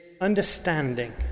understanding